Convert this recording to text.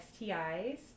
STIs